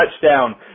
touchdown